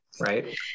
Right